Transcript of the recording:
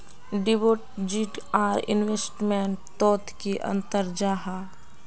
Deposit आर investment तोत की अंतर जाहा?